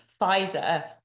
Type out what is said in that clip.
Pfizer